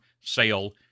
sale